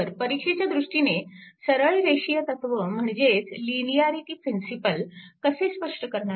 तर परीक्षेच्या दृष्टीने सरळरेषीय तत्व म्हणजेच लिनिअरिटी प्रिंसिपल कसे स्पष्ट करणार